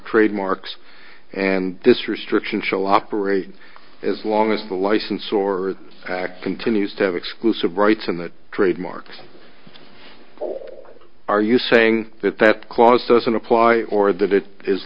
trademarks and this restriction show operate as long as the license or act continues to have exclusive rights in that trademark are you saying that that clause doesn't apply or that it is